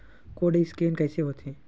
Code scan कइसे होथे?